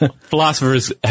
Philosophers